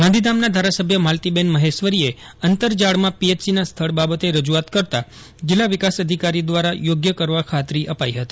ગાંધીધાયના ધારાસભ્ય થાલતીળેન યહેશ્વરીએ અંતરજ્ઞળ માં પીએચસીના સ્થળ બાબતે રજૂઆત કરતા જીલ્લા વિકાસ અધિકારી દ્વારા યોગ્ય કરવા ખાતરી અપાઇ હતી